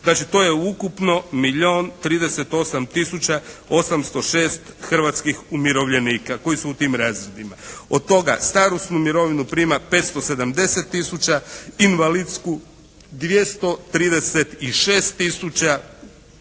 Znači, to je ukupno milijun 38 tisuća 806 hrvatskih umirovljenika koji su u tim razredima. Od toga starosnu mirovinu prima 570000, invalidsku 236000,